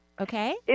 Okay